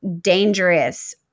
dangerous